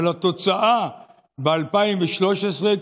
אבל התוצאה ב-2013,